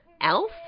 Elf